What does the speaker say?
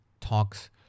talks